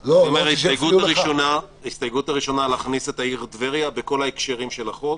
ההסתייגות הראשונה להכניס את העיר טבריה בכל ההקשרים של החוק.